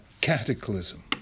cataclysm